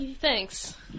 thanks